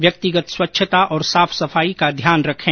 व्यक्तिगत स्वच्छता और साफ सफाई का ध्यान रखें